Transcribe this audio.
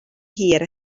hir